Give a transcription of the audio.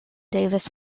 davis